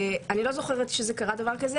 אני לא זוכרת שקרה דבר כזה.